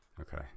okay